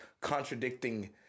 contradicting—